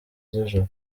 z’ijoro